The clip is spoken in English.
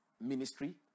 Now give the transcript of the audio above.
ministry